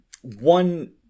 one